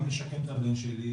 גם לשקם את הבן שלי,